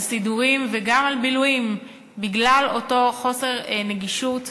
על סידורים וגם על בילויים בגלל אותו חוסר נגישות,